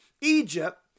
Egypt